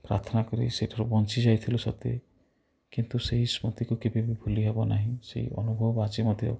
ପ୍ରାର୍ଥନା କରି ସେଠାରୁ ବଞ୍ଚିଯାଇଥିଲୁ ସତେ କିନ୍ତୁ ସେଇ ସ୍ମୃତିକୁ କେବେବି ଭୁଲିହେବ ନାହିଁ ସେଇ ଅନୁଭବ ଆଜିମଧ୍ୟ